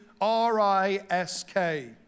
R-I-S-K